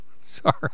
sorry